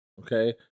okay